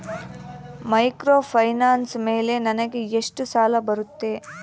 Microfinance ಮೇಲೆ ನನಗೆ ಎಷ್ಟು ಸಾಲ ಬರುತ್ತೆ?